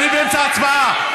אני באמצע הצבעה.